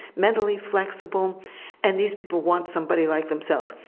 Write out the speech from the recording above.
mentally flexible and these people want somebody like themselves.